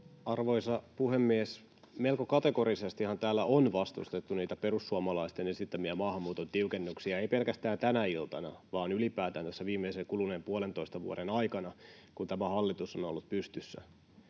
Arvoisa puhemies! Melko kategorisestihan täällä on vastustettu perussuomalaisten esittämiä maahanmuuton tiukennuksia, ei pelkästään tänä iltana vaan ylipäätään tässä viimeisen kuluneen puolentoista vuoden aikana, kun tämä hallitus on ollut pystyssä.